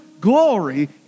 glory